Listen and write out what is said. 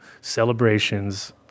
celebrations